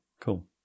cool